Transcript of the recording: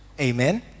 amen